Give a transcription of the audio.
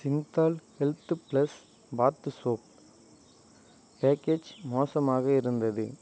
Cinthol health plus bath soap package மோசமாக இருந்தது